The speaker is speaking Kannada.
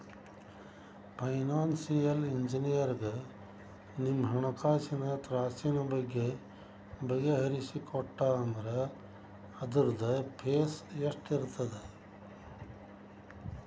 ಫೈನಾನ್ಸಿಯಲ್ ಇಂಜಿನಿಯರಗ ನಮ್ಹಣ್ಕಾಸಿನ್ ತ್ರಾಸಿನ್ ಬಗ್ಗೆ ಬಗಿಹರಿಸಿಕೊಟ್ಟಾ ಅಂದ್ರ ಅದ್ರ್ದ್ ಫೇಸ್ ಎಷ್ಟಿರ್ತದ?